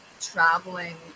traveling